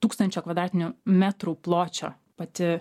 tūkstančio kvadratinių metrų pločio pati